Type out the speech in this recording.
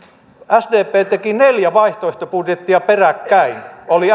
sdp teki neljä vaihtoehtobudjettia peräkkäin oli